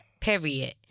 Period